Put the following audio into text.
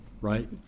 right